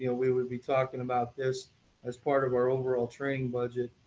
yeah we would be talking about this as part of our overall training budget,